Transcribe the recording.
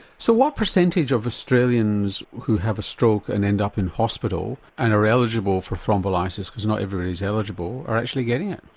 so what percentage of australians who have a stroke and end up in hospital and are eligible from thrombolysis, because not everybody is eligible, are actually getting it?